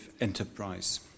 enterprise